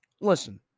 Listen